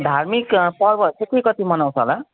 धार्मिक पर्वहरू चाहिँ के कति मनाउँछ होला